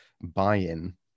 buy-in